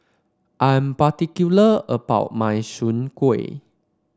I am particular about my Soon Kueh